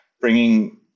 bringing